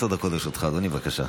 אדוני, בבקשה.